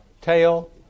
Tail